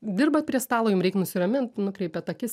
dirbat prie stalo jum reikia nusiramint nukreipiat akis